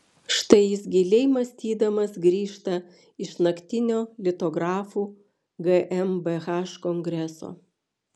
štai jis giliai mąstydamas grįžta iš naktinio litografų gmbh kongreso